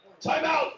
Timeout